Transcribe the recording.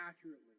accurately